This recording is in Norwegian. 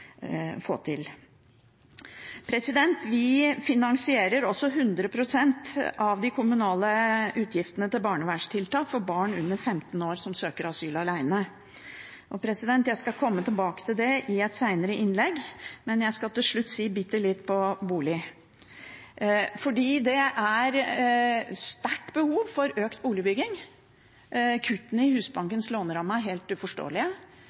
få til. Vi finansierer også 100 pst. av de kommunale utgiftene til barnevernstiltak for barn under 15 år som søker asyl alene. Jeg skal komme tilbake til det i et senere innlegg, for jeg skal til slutt si litt om bolig. Det er stort behov for økt boligbygging. Kuttene i Husbankens låneramme er helt uforståelige.